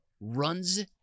runs